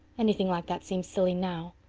anything like that seems silly now.